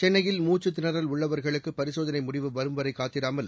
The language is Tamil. சென்னையில் மூச்சுத் திணறல் உள்ளவர்களுக்கு பரிசோதனை முடிவு வரும்வரை காத்திராமல்